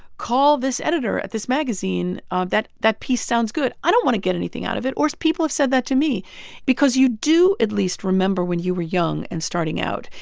call this editor at this magazine. ah that that piece sounds good. i don't want to get anything out of it. or people have said that to me because you do at least remember when you were young and starting out.